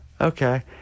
okay